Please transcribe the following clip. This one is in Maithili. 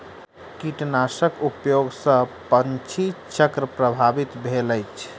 कीटनाशक उपयोग सॅ पंछी चक्र प्रभावित भेल अछि